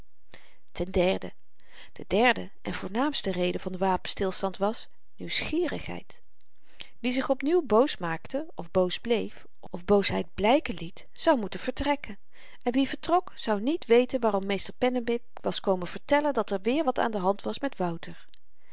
ten derde de derde en voornaamste reden van den wapenstilstand was nieuwsgierigheid wie zich op nieuw boos maakte of boos blééf of boosheid blyken liet zou moeten vertrekken en wie vertrok zou niet weten waarom meester pennewip was komen vertellen dat er weer wat aan de hand was met wouter